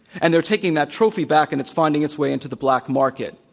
and they are taking that trophy back and it's finding its way into the black market.